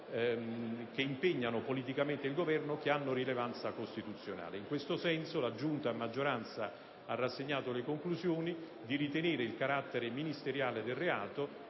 che impegnano politicamente il Governo, che hanno rilevanza costituzionale. In questo senso la Giunta, a maggioranza, ha rassegnato le sue conclusioni di ritenere il carattere ministeriale del reato